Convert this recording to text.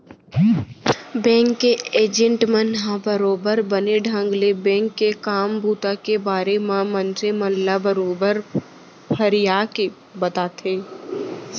bank के agent मन ह बरोबर बने ढंग ले बेंक के काम बूता के बारे म मनसे मन ल बरोबर फरियाके बताथे